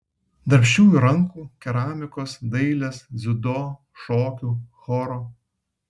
darbščiųjų rankų keramikos dailės dziudo šokių choro